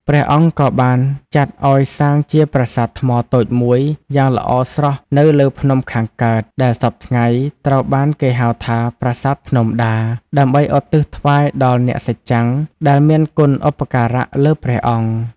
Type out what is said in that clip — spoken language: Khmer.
ព្រះអង្គក៏បានចាត់ឲ្យសាងជាប្រាសាទថ្មតូចមួយយ៉ាងល្អស្រស់នៅលើភ្នំខាងកើត ដែលសព្វថ្ងៃត្រូវបានគេហៅថាប្រាសាទភ្នំដា ដើម្បីឧទ្ទិសថ្វាយដល់អ្នកសច្ចំ ដែលមានគុណឧបការៈលើព្រះអង្គ។